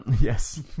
Yes